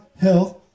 health